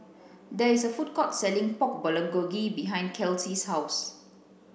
there is a food court selling Pork Bulgogi behind Kelsea's house